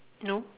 no